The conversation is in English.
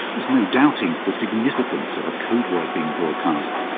there's no doubting the significance of a code word being broadcast.